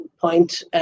point